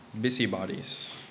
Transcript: busybodies